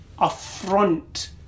affront